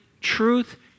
truth